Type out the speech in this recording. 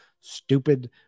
stupid